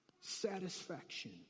satisfaction